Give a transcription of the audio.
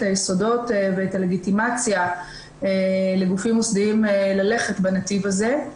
היסודות ואת הלגיטימציה לגופים מוסדיים ללכת בנתיב הזה.